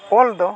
ᱚᱞᱫᱚ